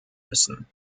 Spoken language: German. müssen